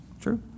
true